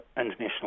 international